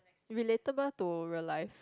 relatable to real life